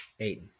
Aiden